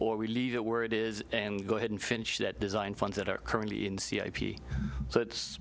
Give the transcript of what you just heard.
or we leave it where it is and go ahead and finish that design funds that are currently in c a p so it's